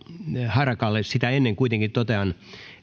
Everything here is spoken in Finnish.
harakalle sitä ennen kuitenkin totean